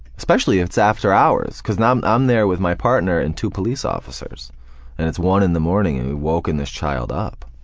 especially if it's after hours, cause i'm um there with my partner and two police officers and it's one zero in the morning and we've woken this child up,